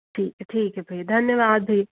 ठीक है ठीक है भैया धन्यवाद भै